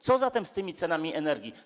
Co zatem z tymi cenami energii?